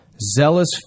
zealous